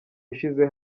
ushize